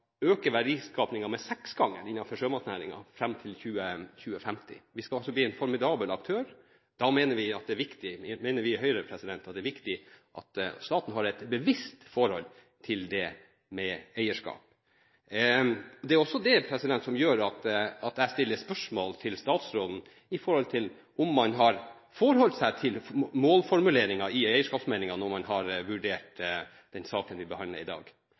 øke med seksgangen for sjømatnæringen fram til 2050. Vi skal altså bli en formidabel aktør. Da mener vi i Høyre at det er viktig at staten har et bevisst forhold til det med eierskap. Det er også det som gjør at jeg stiller spørsmål til statsråden om man har forholdt seg til målformuleringen i eierskapsmeldingen når man har vurdert den saken vi behandler i dag: